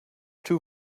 too